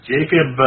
Jacob